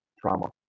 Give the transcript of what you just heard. trauma